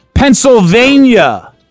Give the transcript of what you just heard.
Pennsylvania